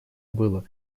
было